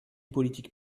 politique